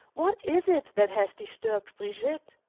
what is it that has disturbed brigitte?